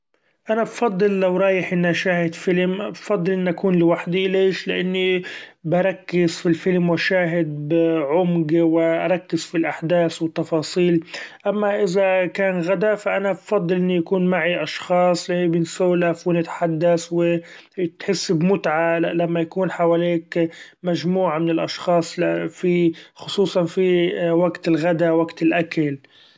أنا بفضل لو رأيح إني اشاهد فيلم بفضل إني أكون لوحدي ليش؟ لإني بركز في الفيلم وأشاهد بعمق، وأركز في الاحداث والتفاصيل ، أما إذا كان غدا ف أنا بفضل إني يكون معي اشخاص، بنسولف ونتحدث وتحس بمتعة لما يكون حواليك مچموعة من الاشخاص في- خصوصا في وقت الغدا وقت الاكل.